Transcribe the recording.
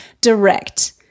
direct